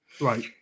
right